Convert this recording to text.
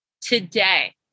today